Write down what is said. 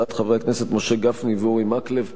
הצעת חברי הכנסת משה גפני ואורי מקלב,